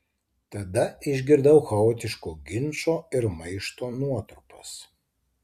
tada išgirdau chaotiško ginčo ir maišto nuotrupas